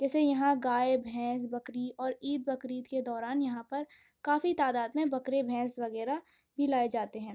جیسے یہاں گائے بھینس بکری اور عید بقرعید کے دوران یہاں پر کافی تعداد میں بکرے بھینس وغیرہ بھی لائے جاتے ہیں